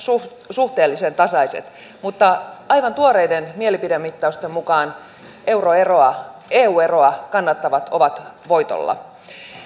suhteellisen tasaiset mutta aivan tuoreiden mielipidemittausten mukaan eu eroa kannattavat ovat voitolla